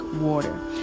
water